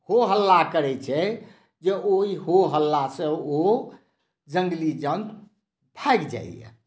हो हल्ला करै छै जे ओहि हो हल्लासॅं ओ जङ्गली जन्तु भागि जाइया